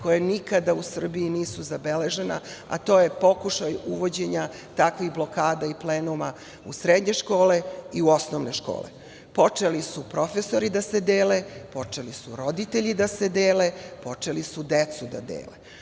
koje nikada u Srbiji nisu zabeležena, a to je pokušaj uvođenja takvih blokada i plenuma u srednje škole i u5/2 TĐ/IRosnovne škole. Počeli su profesori da se dele. Počeli su roditelji da se dele, počeli su decu da dele.